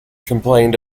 complained